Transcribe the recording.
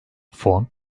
fon